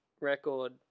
Record